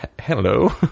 hello